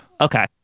Okay